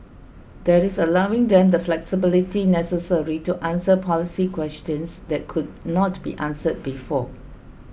that is allowing them the flexibility necessary to answer policy questions that could not be answered before